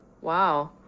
Wow